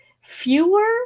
fewer